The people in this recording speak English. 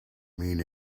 mean